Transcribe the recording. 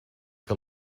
que